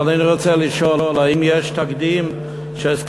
אבל אני רוצה לשאול: האם יש תקדים שהסכם